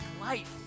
life